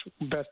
best